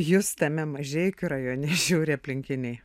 jus tame mažeikių rajone žiūri aplinkiniai